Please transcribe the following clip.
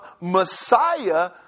Messiah